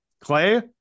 Clay